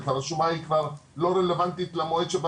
והשומה היא כבר לא רלוונטית למועד שבה